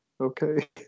okay